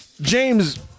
james